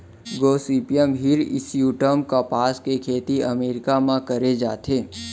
Gossypium hirsutum कपसा के खेती अमेरिका म करे जाथे